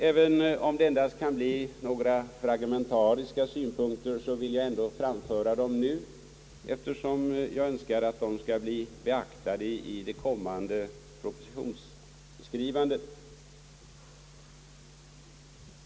Även om det endast kan bli några fragmentariska synpunkter, vill jag ändå anföra dem nu, eftersom jag önskar att de skall bli beaktade i det kommande propositionsskrivandet.